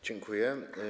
Dziękuję.